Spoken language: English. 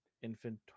Infant